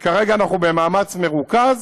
וכרגע אנחנו במאמץ מרוכז,